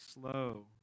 slow